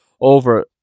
over